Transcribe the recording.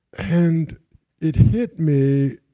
and it hit me,